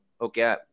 Okay